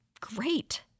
great